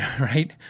right